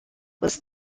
was